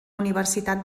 universitat